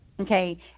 Okay